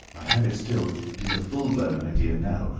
i have it still. it is a full blown idea now.